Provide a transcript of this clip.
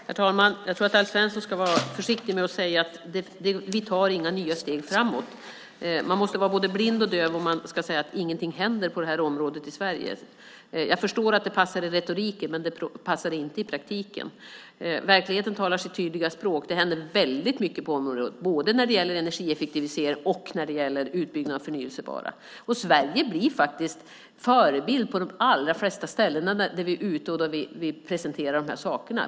Herr talman! Jag tror att Alf Eriksson ska vara försiktig med att säga att vi inte tar några nya steg framåt. Man måste vara både blind och döv om man säger att ingenting händer på det här området i Sverige. Jag förstår att det passar i retoriken, men det passar inte i praktiken. Verkligheten talar sitt tydliga språk. Väldigt mycket händer på området både när det gäller energieffektivisering och när det gäller utbyggnaden av det förnybara. Sverige blir faktiskt en förebild på de allra flesta ställen där vi presenterar de här sakerna.